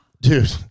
Dude